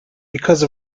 because